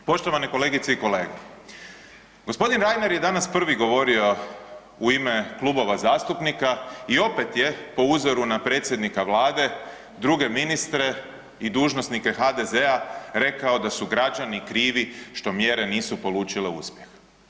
Poštovane kolegice i kolege, gospodin Reiner je danas prvi govorio u ime klubova zastupnika i opet je po uzoru na predsjednika Vlade, druge ministre i dužnosnike HDZ-a rekao da su građani krivi što mjere nisu polučile uspjeh.